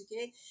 Okay